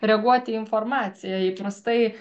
reaguoti į informaciją įprastai